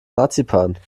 marzipan